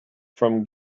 from